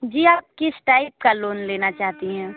जी आप किस टाइप का लोन लेना चाहती हैं